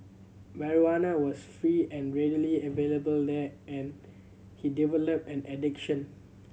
marijuana was free and readily available there and he developed an addiction